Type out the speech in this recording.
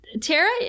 Tara